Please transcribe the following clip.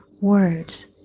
words